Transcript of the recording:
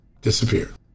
disappeared